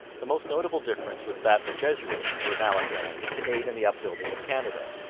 the most notable difference was that the jesuits were now at hand to aid in the upbuilding of canada.